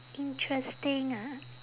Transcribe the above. interesting ah